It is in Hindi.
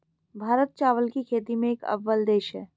भारत चावल की खेती में एक अव्वल देश है